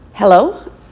hello